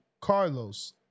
Carlos